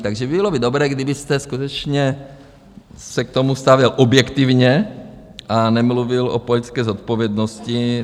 Takže bylo by dobré, kdybyste skutečně se k tomu stavěl objektivně a nemluvil o politické zodpovědnosti.